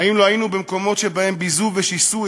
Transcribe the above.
האם לא היינו במקומות שבהם ביזו ושיסו,